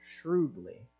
shrewdly